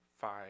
five